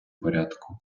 порядку